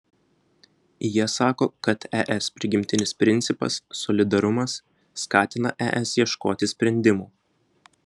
jie sako kad es prigimtinis principas solidarumas skatina es ieškoti sprendimų